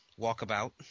walkabout